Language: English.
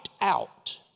out